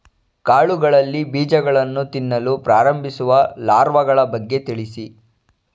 ಕಾಳುಗಳಲ್ಲಿ ಬೀಜಗಳನ್ನು ತಿನ್ನಲು ಪ್ರಾರಂಭಿಸುವ ಲಾರ್ವಗಳ ಬಗ್ಗೆ ತಿಳಿಸಿ?